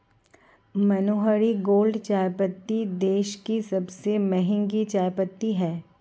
मनोहारी gold चायपत्ती देश की सबसे महंगी चायपत्ती है